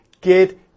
Get